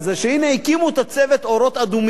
שהנה הקימו הצוות "אורות אדומים".